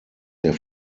der